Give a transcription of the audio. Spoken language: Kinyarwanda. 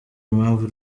impamvu